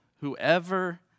whoever